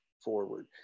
forward